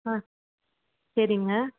ஆ சரிங்க